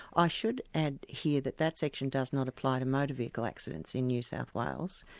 i should add here that that section does not apply to motor vehicle accidents in new south wales,